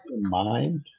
Mind